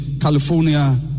California